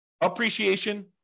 appreciation